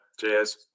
cheers